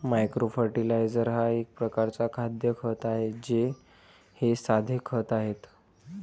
micro fertiliser हा एक प्रकारचा खाद्य खत आहे हे साधे खते आहेत